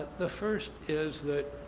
the first is that